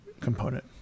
component